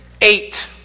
eight